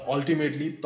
Ultimately